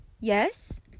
yes